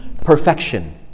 perfection